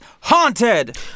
HAUNTED